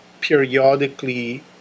periodically